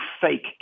fake